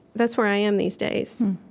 that's where i am, these days